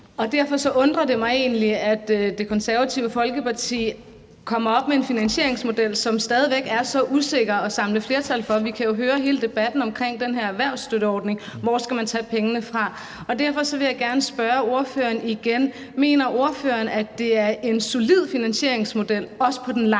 Derfor undrer det mig egentlig, at Det Konservative Folkeparti kommer op med en finansieringsmodel, som det stadig væk er så usikkert at man kan samle flertal for. Vi kan jo høre i hele debatten om den her erhvervsstøtteordning, at der spørges: Hvor skal man tage pengene fra? Derfor vil jeg gerne spørge ordføreren igen: Mener ordføreren, at det er en solid finansieringsmodel, også på den lange bane?